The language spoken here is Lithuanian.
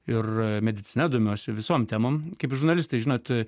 ir medicina domiuosi visom temom kaip žurnalistai žinot